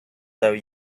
though